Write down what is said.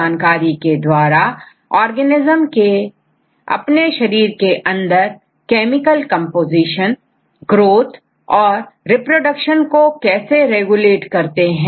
जानकारी के द्वारा ऑर्गेनेज्म अपने शरीर के अंदर केमिकल कंपोजिशन ग्रोथ और रिप्रोडक्शन को रेगुलेट करते हैं